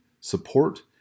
support